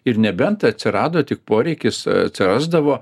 ir nebent atsirado tik poreikis atsirasdavo